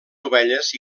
ovelles